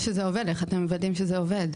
איך אתם מוודאים שזה עובד?